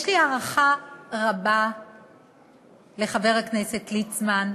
יש לי הערכה רבה לחבר הכנסת ליצמן,